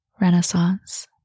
renaissance